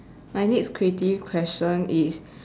my next creative question is